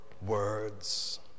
words